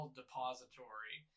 depository